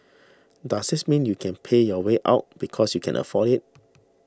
does this mean you can pay your way out because you can afford it